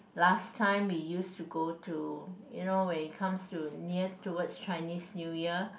last time we used to go to you know when it comes to you near towards Chinese New Year